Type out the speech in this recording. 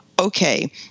okay